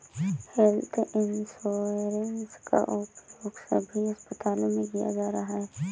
health insurance का उपयोग सभी अस्पतालों में किया जा रहा है